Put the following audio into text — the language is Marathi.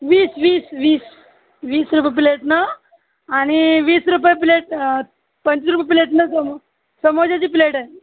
वीस वीस वीस वीस रुपये प्लेटनं आणि वीस रुपये प्लेट पंचवीस रुपये प्लेटनं समो समोश्याची प्लेट आहे